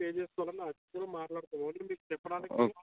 pay చేసుకోవడం అవి అన్నీ మాట్లాడుకోవాలి మీకు చెప్పడానికి